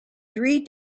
three